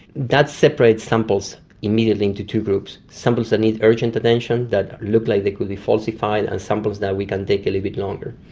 that separates samples immediately into two groups samples that need urgent attention that look like they could be falsified, and samples that we can take a little bit longer.